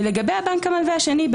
ולגבי הבנק הלווה השני,